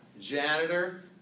janitor